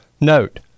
Note